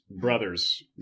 brothers